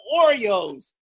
Oreos